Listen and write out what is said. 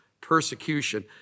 persecution